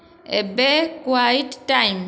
ଏବେ quite time